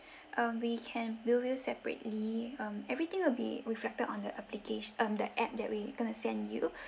um we can bill you separately um everything will be reflected on the applica~ um the app that we going to send you